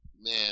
Man